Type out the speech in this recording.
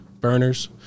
Burners